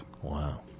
Wow